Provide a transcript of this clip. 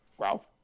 Ralph